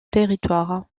territoire